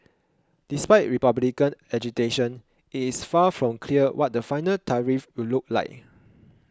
despite Republican agitation it is far from clear what the final tariffs will look like